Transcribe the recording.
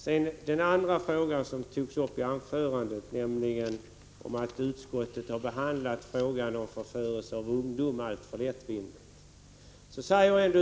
Bengt Harding Olson sade att utskottet har behandlat frågan om förförelse av ungdom alltför lättvindigt.